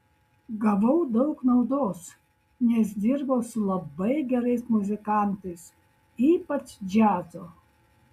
gavau daug naudos nes dirbau su labai gerais muzikantais ypač džiazo